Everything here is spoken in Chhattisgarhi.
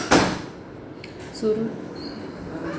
सुरूज के संगे संग चलथे तेकरे सेती ए फूल के नांव सुरूजमुखी परे हे